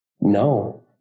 No